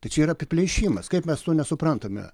tai čia yra apiplėšimas kaip mes to nesuprantame